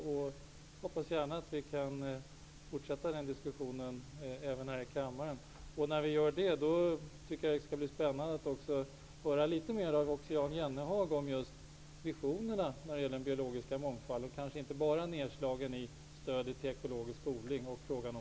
Jag hoppas att vi kan fortsätta den diskussionen även här i kammaren. När vi gör det, skall det bli spännande att få höra litet mer också av Jan Jennehag om just visionerna när det gäller den biologiska mångfalden, kanske inte bara begränsad till stödet för ekologisk odling och frågan om